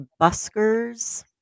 buskers